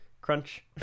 crunch